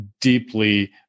deeply